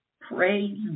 Praise